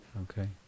Okay